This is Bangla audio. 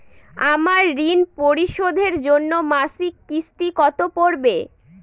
আমার ঋণ পরিশোধের জন্য মাসিক কিস্তি কত পড়বে?